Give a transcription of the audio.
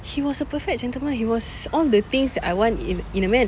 he was a perfect gentleman he was all the things that I want in in a man